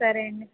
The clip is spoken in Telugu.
సరే అండీ